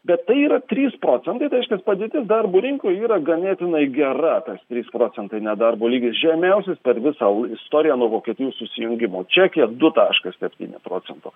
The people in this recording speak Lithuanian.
bet tai yra trys procentai tai reiškias padėtis darbo rinkoj yra ganėtinai gera tas trys procentai nedarbo lygis žemiausias per visą u istoriją nuo vokietijų susijungimo čekija du taškas septyni procento